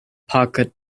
pocket